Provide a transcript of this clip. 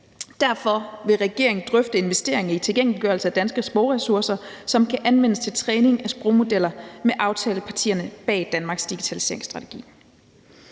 Derfor vil regeringen drøfte investeringer i tilgængeliggørelse af danske sprogressourcer, som kan anvendes til træning af sprogmodeller, med aftalepartierne bag »Danmarks digitaliseringsstrategi«.